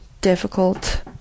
difficult